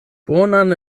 bonan